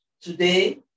today